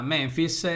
Memphis